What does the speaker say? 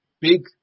big